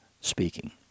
speaking